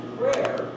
prayer